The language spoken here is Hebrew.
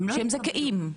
שהם זכאים.